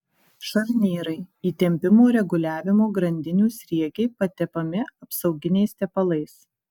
šarnyrai įtempimo reguliavimo grandinių sriegiai patepami apsauginiais tepalais